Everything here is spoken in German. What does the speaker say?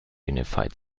unified